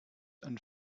and